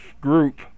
group